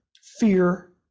fear